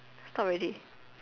stop already